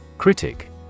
Critic